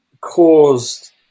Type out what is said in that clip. caused